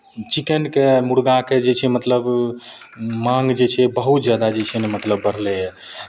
चिकेनके मुरगाके जे छै मतलब मांग जे छै बहुत जादा जे छै ने मतलब बढ़लैए